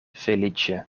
feliĉe